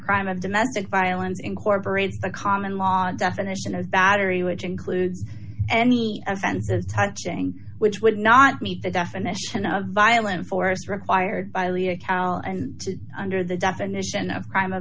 crime of domestic violence incorporates a common law definition of battery which includes any offensive touching which would not meet the definition of violent force required by law accountable and to under the definition of crime of